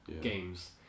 games